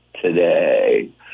today